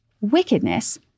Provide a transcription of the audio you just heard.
wickedness